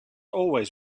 always